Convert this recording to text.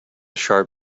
sharp